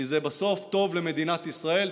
כי זה בסוף טוב למדינת ישראל.